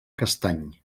castany